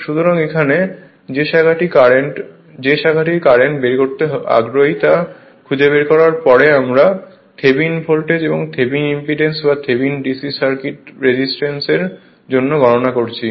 সুতরাং এখানে যে শাখাটির কারেন্ট বের করতে আগ্রহী তা খুঁজে বের করার পরে আমরা থেভনিন ভোল্টেজ এবং থেভনিন ইম্পিডেন্স বা থেভিনিন DC সার্কিট রেজিস্ট্যান্স এর জন্য গণনা করেছি